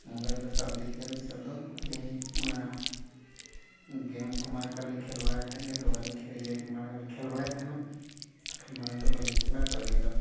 mobile ᱫᱚ ᱥᱟᱵ ᱜᱮᱛ ᱞᱮᱭᱟᱞᱤᱧ ᱥᱟᱵ ᱫᱚ ᱟᱹᱞᱤᱧ ᱚᱱᱟ ᱜᱮᱢ ᱠᱚᱢᱟ ᱚᱱᱠᱟ ᱞᱤᱧ ᱠᱷᱮᱞ ᱵᱟᱲᱟᱭ ᱛᱟᱦᱮᱸᱫ ᱜᱮᱛᱚ ᱵᱟᱹᱞᱤᱧ ᱠᱷᱮᱞ ᱢᱟᱲᱟᱝ ᱞᱤᱧ ᱠᱷᱮᱞ ᱵᱟᱲᱟ ᱛᱟᱦᱮᱱᱚᱜ ᱠᱷᱮᱞ ᱢᱟᱲᱟᱝ ᱛᱮ ᱵᱟᱹᱞᱤᱧ ᱠᱷᱮᱞᱟ ᱛᱚ ᱟᱹᱞᱤᱧ ᱫᱚ